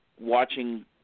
Watching